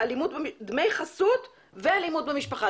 דמי חסות ואלימות במשפחה.